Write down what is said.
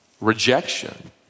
rejection